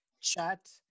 chat